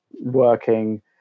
working